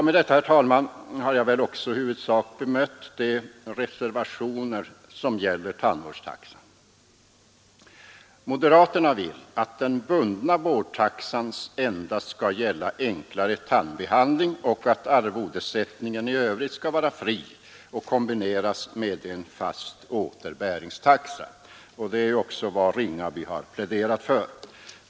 Med detta, herr talman, har jag väl också i huvudsak bemött de reservationer som gäller tandvårdstaxan. Moderaterna vill att den bundna vårdtaxan endast skall gälla enklare tandbehandling och att arvodessättningen i övrigt skall vara fri och kombineras med en fast återbäringstaxa. Och det är ju också vad herr Ringaby har pläderat för.